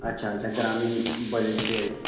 अच्छा अच्छा ग्रामीण बजै छियै